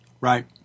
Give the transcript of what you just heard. Right